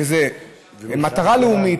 למטרה לאומית,